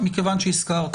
והזכרת